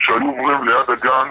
שהיו עוברים ליד הגן,